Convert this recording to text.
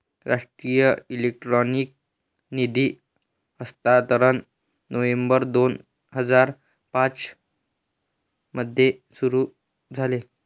राष्ट्रीय इलेक्ट्रॉनिक निधी हस्तांतरण नोव्हेंबर दोन हजार पाँच मध्ये सुरू झाले